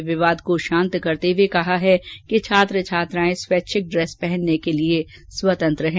इन्हें किवाद को शांत करते हुए कहा है कि छात्र छात्राएं स्वैच्छिक ड्रेस पहनने के लिए स्वतंत्र है